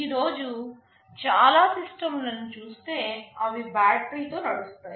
ఈ రోజు చాలా సిస్టమ్స్ లను చూస్తే అవి బ్యాటరీతో నడుస్తాయి